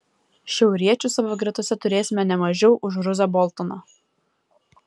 šiauriečių savo gretose turėsime ne mažiau už ruzą boltoną